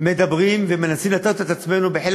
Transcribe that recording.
מדברים ומנסים להטעות את עצמנו בחלק